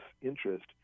interest